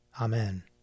Amen